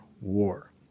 war